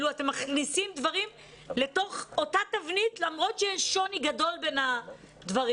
אתם מכניסים דברים לתוך אותה תבנית למרות שיש שוני גדול בין הדברים.